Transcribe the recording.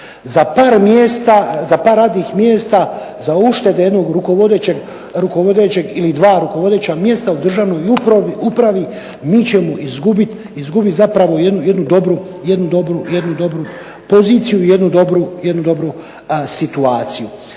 za par radnih mjesta, za uštede jednog rukovodećeg ili dva rukovodeća mjesta u Državnoj upravi mi ćemo izgubiti zapravo jednu dobru poziciju, jednu dobru situaciju.